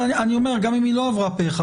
אני אומר, גם אם היא לא עברה פה אחד.